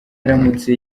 aramutse